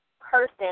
person